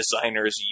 designers